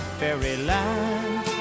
fairyland